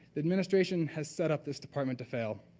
the administration has set up this department to fail.